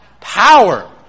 Power